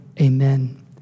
Amen